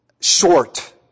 short